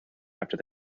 after